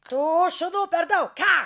tų šunų per daug ką